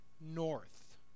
north